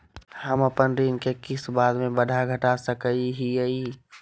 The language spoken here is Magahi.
हम अपन ऋण के किस्त बाद में बढ़ा घटा सकई हियइ?